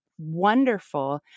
wonderful